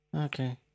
Okay